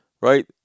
right